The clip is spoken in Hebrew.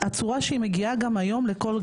שזה מה שהיא עושה היום,